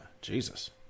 Jesus